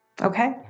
Okay